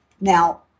Now